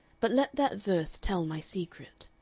but let that verse tell my secret.